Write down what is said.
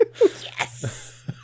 Yes